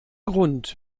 grund